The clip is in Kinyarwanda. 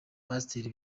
pasteur